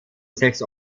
sechs